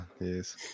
yes